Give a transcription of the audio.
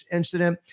incident